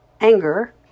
anger